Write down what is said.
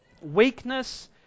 Weakness